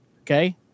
Okay